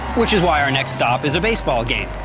which is why our next stop is a baseball game.